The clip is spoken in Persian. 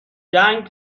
جنگ